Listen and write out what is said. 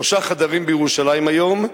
שלושה חדרים בירושלים היום,